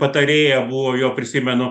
patarėja buvo jo prisimenu